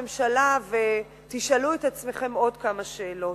הממשלה ותשאלו את עצמכם עוד כמה שאלות.